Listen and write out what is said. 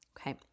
okay